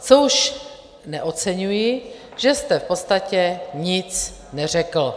Co už neoceňuji, že jste v podstatě nic neřekl.